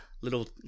little